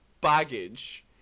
baggage